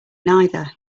neither